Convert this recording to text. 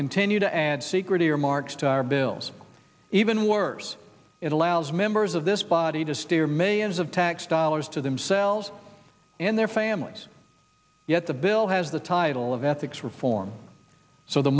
continue to add secret earmarks to our bills even worse it allows members of this body to steer millions of tax dollars to themselves and their families yet the bill has the title of ethics reform so the